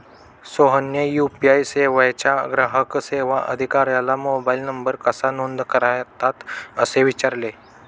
सोहनने यू.पी.आय सेवेच्या ग्राहक सेवा अधिकाऱ्याला मोबाइल नंबर कसा नोंद करतात असे विचारले